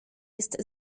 jest